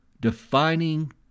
defining